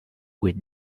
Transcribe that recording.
with